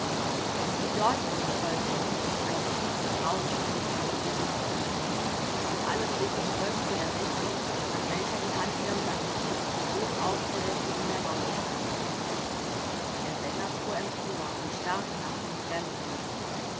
sieh dorthin volkmar rief eine tiefe frauenstimme vor bewegung zitternd und alle blicke folgten der richtung nach welcher die hand irmgards wies die hoch aufgerichtet in der laube stand der sänger fuhr empor und starrte nach dem fremden